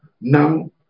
now